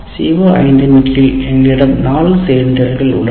CO5 இன் கீழ் எங்களிடம் 4 செயல் திறன்கள் உள்ளன